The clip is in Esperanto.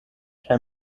kaj